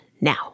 now